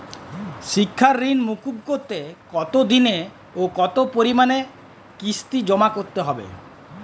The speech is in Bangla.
শিক্ষার ঋণ মুকুব করতে কতোদিনে ও কতো পরিমাণে কিস্তি জমা করতে হবে?